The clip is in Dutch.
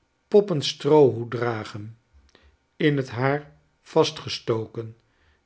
kleinen poppenstroohoed dragen in het haar vastgestoken